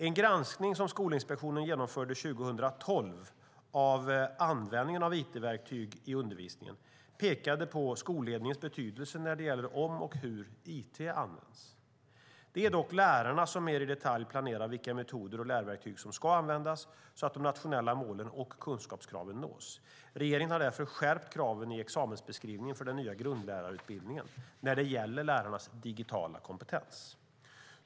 En granskning som Skolinspektionen genomförde 2012 av användningen av it-verktyg i undervisningen pekade på skolledningens betydelse när det gäller om och hur it används. Det är dock lärarna som mer i detalj planerar vilka metoder och lärverktyg som ska användas så att de nationella målen och kunskapskraven nås. Regeringen har därför skärpt kraven i examensbeskrivningen för den nya grundlärarutbildningen när det gäller lärarnas digitala kompetens.